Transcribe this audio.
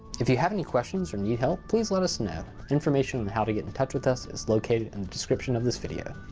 if you have any questions or need help, please let us know! information on how to get in touch with us is located in the description of this video.